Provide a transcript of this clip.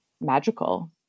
magical